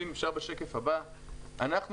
בשקף הבא אנחנו מתייחסים למסלולים.